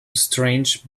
strange